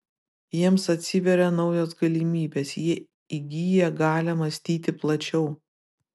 jiems atsiveria naujos galimybės jie įgyja galią mąstyti plačiau